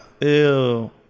Ew